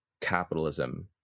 capitalism